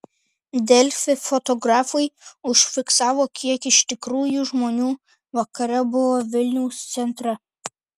delfi fotografai užfiksavo kiek iš tikrųjų žmonių vakare buvo vilniaus centre